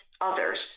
others